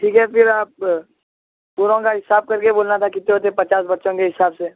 ٹھیک ہے پھر آپ پوروں کا حساب کر کے بولنا تھا کتنے ہوتے پچاس بچوں کے حساب سے